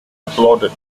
applauded